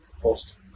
post